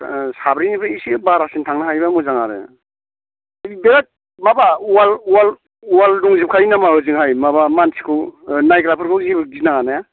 साब्रैनिफ्राय इसे बारासिन थांनो हायोबा मोजां आरो धैत माबा वाल दंजोबखायो नामा हजोंहाय माबा मानसिरा नायग्राफोरा जेबो गिनाङा ने